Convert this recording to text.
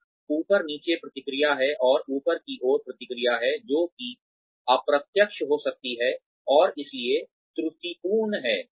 और ऊपर नीचे प्रतिक्रिया है और ऊपर की ओर प्रतिक्रिया है जो कि अप्रत्यक्ष हो सकती है और इसलिए त्रुटिपूर्ण है